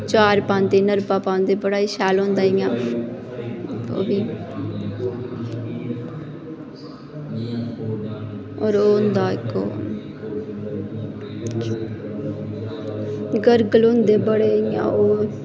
चा'र पांदे मरब्ब पांदे बड़ा शैल होंदा इ'यां होर ओह् होंदा इक ग्रगल होंदे बड़े इ'यां